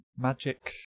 magic